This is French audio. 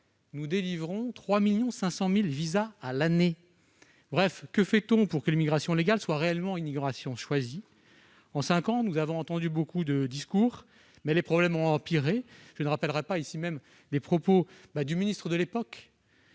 Nous délivrons 3,5 millions de visas à l'année ! En d'autres termes, que fait-on pour que l'immigration légale soit réellement une immigration choisie ? En cinq ans, nous avons entendu beaucoup de discours, mais les problèmes ont empiré. Je ne rappellerai pas ici les propos du ministre de l'intérieur